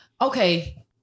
okay